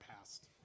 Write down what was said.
past